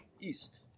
East